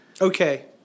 Okay